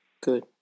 Good